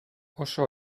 oso